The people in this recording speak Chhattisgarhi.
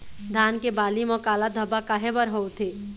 धान के बाली म काला धब्बा काहे बर होवथे?